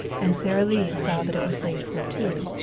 and sara lee saw that it was laid for two.